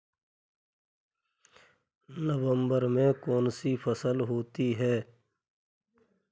नवंबर में कौन कौन सी फसलें होती हैं?